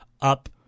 up